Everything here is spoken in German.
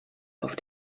auf